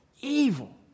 evil